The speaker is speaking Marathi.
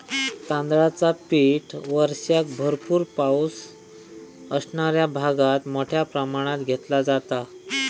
तांदळाचा पीक वर्षाक भरपूर पावस असणाऱ्या भागात मोठ्या प्रमाणात घेतला जाता